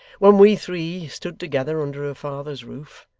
when we three stood together under her father's roof,